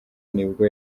nibwo